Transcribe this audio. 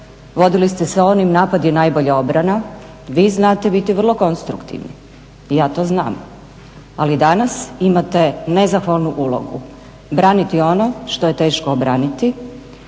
vodili ste se onim napad je najbolja obrana. Vi znate biti vrlo konstruktivni, ja to znam, ali danas imate nezahvalnu ulogu braniti ono što je teško obraniti.